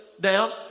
down